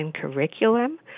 curriculum